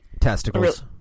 Testicles